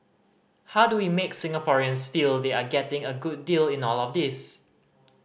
how do we make Singaporeans feel they are getting a good deal in all of this